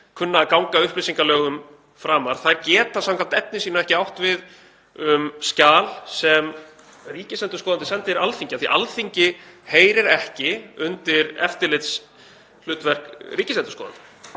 kunna að ganga upplýsingalögum framar, þær geta samkvæmt efni sínu ekki átt við um skjal sem ríkisendurskoðandi sendir Alþingi, því Alþingi heyrir ekki undir eftirlitshlutverk ríkisendurskoðanda.